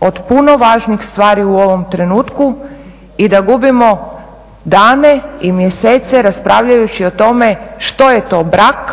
od puno važnih stvari u ovom trenutku i da gubimo dane i mjesece raspravljajući o tome što je to brak